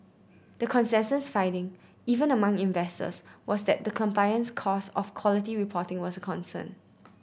the consensus finding even among investors was that the compliance cost of quality reporting was a concern